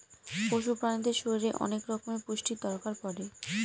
পশু প্রাণীদের শরীরে অনেক রকমের পুষ্টির দরকার পড়ে